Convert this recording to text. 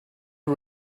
not